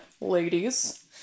Ladies